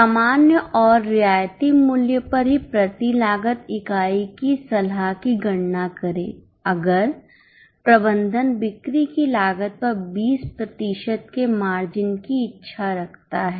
सामान्य और रियायती मूल्य पर भी प्रति इकाई लागत की सलाह की गणना करें अगर प्रबंधन बिक्री की लागत पर 20 प्रतिशत के मार्जिन की इच्छा रखता है